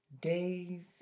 days